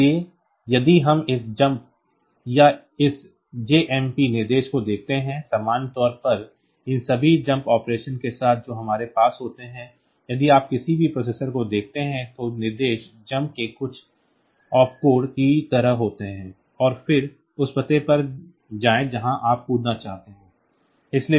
इसलिए यदि हम इस jump या इस JMP निर्देश को देखते हैं सामान्य तौर पर इन सभी jump ऑपरेशन्स के साथ जो हमारे पास होते हैं यदि आप किसी भी प्रोसेसर को देखते हैं तो निर्देश jump के लिए कुछ ऑप कोड की तरह होते हैं और फिर उस पते पर जाएं जहां आप कूदना चाहते हैं